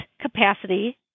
capacity